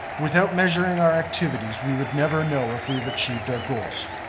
without measuring our activities, we would never know if we have achieved our goals.